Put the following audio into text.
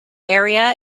area